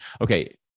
Okay